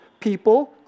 people